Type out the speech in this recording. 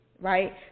right